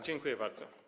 Dziękuję bardzo.